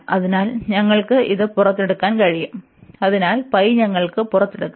അതിനാൽ ഞങ്ങൾക്ക് ഇത് പുറത്തെടുക്കാൻ കഴിയും അതിനാൽ ഞങ്ങൾക്ക് പുറത്തെടുക്കാം